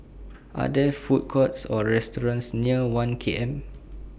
Are There Food Courts Or restaurants near one K M